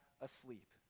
asleep